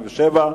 177),